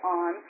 on